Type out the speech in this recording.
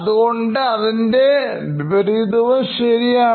അതുകൊണ്ട് അതിൻറെ വിപരീതവും ശരിയാണ്